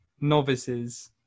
novices